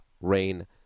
rain